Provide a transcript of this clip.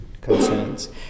concerns